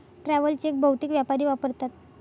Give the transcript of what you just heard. travel cheque बहुतेक व्यापारी वापरतात